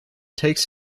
takes